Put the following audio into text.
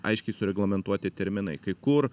aiškiai sureglamentuoti terminai kai kur